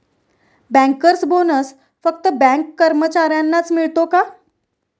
Bankers bonus फक्त bank कर्मचाऱ्यांनाच मिळतो का?